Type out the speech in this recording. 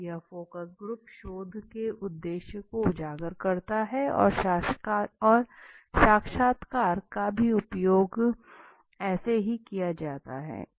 यह focus group शोध के उद्देश्य को उजागर करता और साक्षात्कार का भी उपयोग ऐसे ही किया जाता है